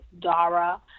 Dara